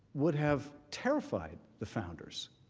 would have terrified the founders.